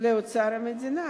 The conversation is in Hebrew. לאוצר המדינה.